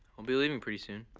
i'll be leaving pretty soon.